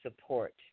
support